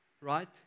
right